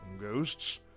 ghosts